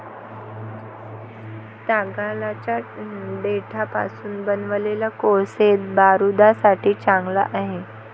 तागाच्या देठापासून बनवलेला कोळसा बारूदासाठी चांगला आहे